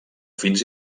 fins